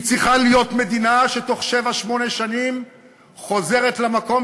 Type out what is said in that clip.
היא צריכה להיות מדינה שבתוך שבע-שמונה שנים חוזרת למקום